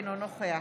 אינו נוכח